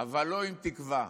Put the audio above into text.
אבל לא עם תקווה.